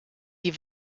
die